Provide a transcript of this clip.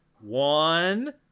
one